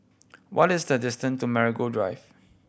what is the distance to Marigold Drive